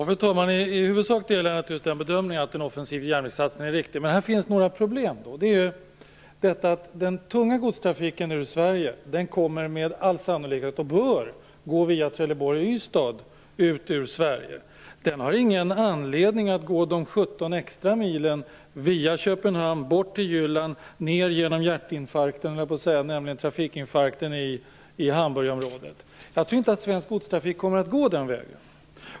Fru talman! I huvudsak delar jag just den bedömningen att en offensiv järnvägssatsning är riktig. Men här finns några problem. Den tunga godstrafiken ut ur Sverige kommer med all sannolikhet att gå via Trelleborg och Ystad, vilket den bör göra. Den har ingen anledning att gå de 17 extra milen via Köpenhamn bort till Jylland och ned genom "hjärtinfarkten" höll jag på att säga, jag menade trafikinfarkten i Hamburgområdet. Jag tror inte att svensk godstrafik kommer att gå den vägen.